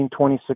1926